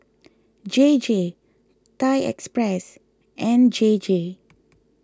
J J Thai Express and J J